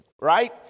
Right